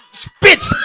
spits